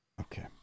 Okay